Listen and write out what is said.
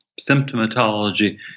symptomatology